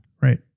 Right